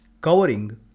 covering